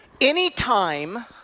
Anytime